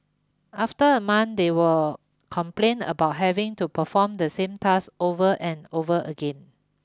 after a month they were complained about having to perform the same task over and over again